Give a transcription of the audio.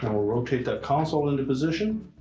and we'll rotate that console into position.